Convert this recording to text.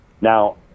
Now